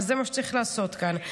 וזה מה שצריך לעשות כאן.